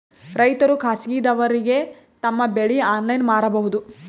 ರೈತರು ಖಾಸಗಿದವರಗೆ ತಮ್ಮ ಬೆಳಿ ಆನ್ಲೈನ್ ಮಾರಬಹುದು?